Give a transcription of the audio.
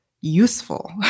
useful